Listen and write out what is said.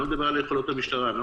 על יכולות המשטרה ועל